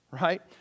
right